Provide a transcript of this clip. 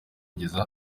mugeze